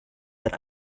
but